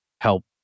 help